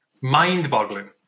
Mind-boggling